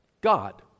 God